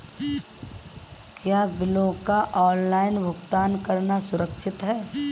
क्या बिलों का ऑनलाइन भुगतान करना सुरक्षित है?